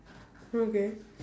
okay